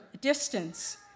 distance